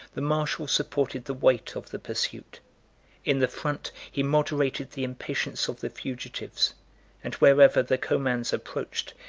the marshal supported the weight of the pursuit in the front, he moderated the impatience of the fugitives and wherever the comans approached,